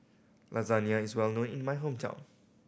lasagne is well known in my hometown